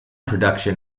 production